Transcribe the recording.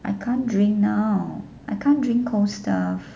I can't drink now I can't drink cold stuff